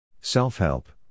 Self-help